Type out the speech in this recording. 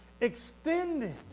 extended